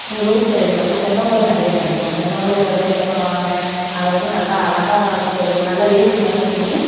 எங்கள் ஊர் சைட்ல வந்து தென்னை ஓலை நிறையா கிடைக்கும் தென்னை ஓலையில் இருந்து என்ன பண்ணுவாங்க அதை வந்து நல்லா அழகா இப்போ ஒரு நல்லா வேவிங் மாதிரி பின்னி